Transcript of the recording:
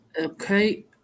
Okay